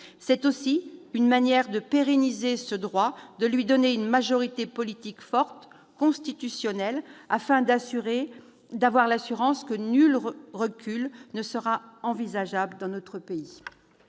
C'est aussi une manière de le pérenniser, de lui donner une majorité politique forte, constitutionnelle, afin d'avoir l'assurance que nul recul ne sera envisageable dans notre pays.